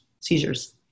seizures